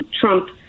Trump